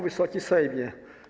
Wysoki Sejmie!